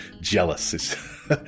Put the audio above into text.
jealous